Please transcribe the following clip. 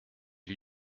lui